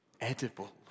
edible